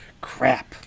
Crap